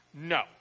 No